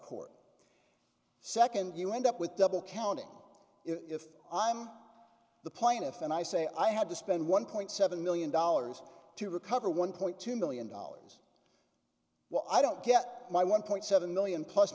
court second you end up with double counting if i'm the plaintiff and i say i have to spend one point seven million dollars to recover one point two million dollars while i don't get my one point seven million plus